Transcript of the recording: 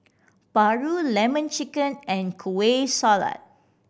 paru Lemon Chicken and Kueh Salat